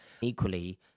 equally